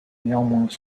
néanmoins